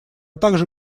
также